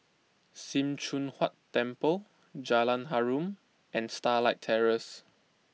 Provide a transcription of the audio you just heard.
Sim Choon Huat Temple Jalan Harum and Starlight Terrace